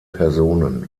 personen